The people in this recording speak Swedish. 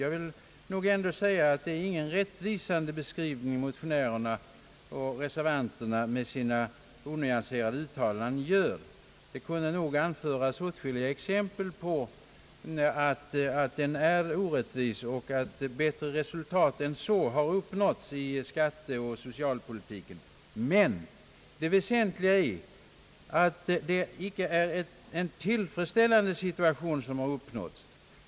Jag vill ändå säga att det inte är någon rättvisande beskrivning som motionärerna och reservanterna med sina onyanserade uttalanden gör. Det kunde nog anföras åtskilliga exempel på att den är orättvis och att bättre resultat än så har uppnåtts i skatteoch socialpolitiken. Det väsentliga är emellertid att en tillfredsställande situation inte har skapats.